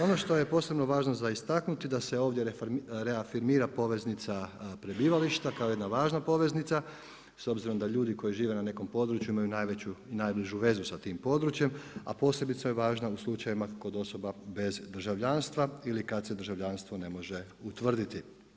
Ono što je posebno važno za istaknuti da se ovdje reafirmira poveznica prebivališta kao jedna važna poveznice s obzirom da ljudi koji žive na nekom području imaju najveću i najbližu vezu sa tim područjem a posebice je važna u slučajevima kod osoba bez državljanstva ili kada se državljanstvo ne može utvrditi.